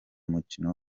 umukino